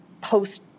post